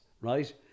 right